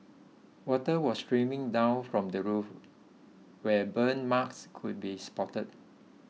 water was streaming down from the roof where burn marks could be spotted